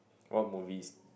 what movies